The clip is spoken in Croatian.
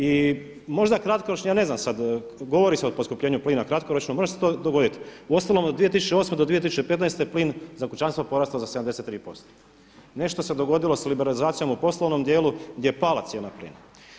I možda kratkoročni, ja ne znam sada govori se o poskupljenju plina kratkoročno, možda će se to dogoditi, uostalom od 2008. do 2015. plin za kućanstva porastao je za 73%. nešto se dogodilo sa liberalizacijom u poslovnom dijelu gdje je pala cijena plina.